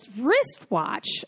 wristwatch